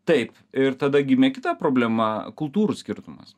taip ir tada gimė kita problema kultūrų skirtumas